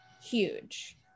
huge